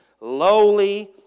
lowly